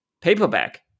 paperback